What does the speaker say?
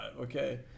okay